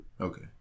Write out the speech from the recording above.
Okay